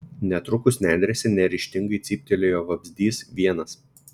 netrukus nendrėse neryžtingai cyptelėjo vabzdys vienas